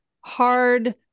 hard